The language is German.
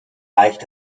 reicht